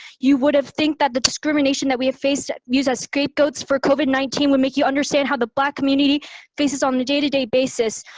you would have think that the discrimination that we have faced, used as scapegoats for covid nineteen would make you understand how the black community faces on a day to day basis.